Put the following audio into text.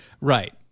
right